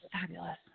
fabulous